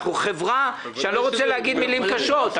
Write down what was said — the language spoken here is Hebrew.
אנחנו חברה אני לא רוצה להגיד מילים קשות,